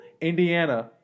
Indiana